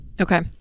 Okay